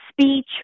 speech